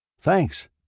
Thanks